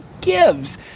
gives